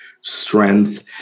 strength